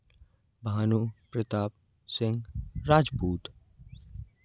Bhanu Pratap Singh Rajput